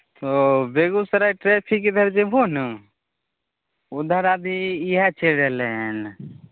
ओ Begusarai traffic इधर जएबहो ने उधर अभी इएह चलि रहलै हँ